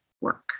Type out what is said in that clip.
work